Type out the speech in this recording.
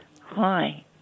Hi